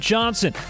Johnson